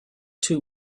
two